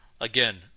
again